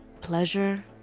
pleasure